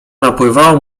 napływało